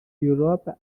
europe